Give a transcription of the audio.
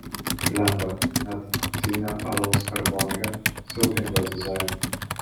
blemba net akcijinė alaus skarbonkė siaubingo dizaino